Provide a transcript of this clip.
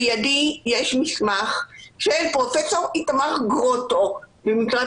בידי יש מסמך של פרופ' איתמר גרוטו ממשרד